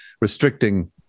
restricting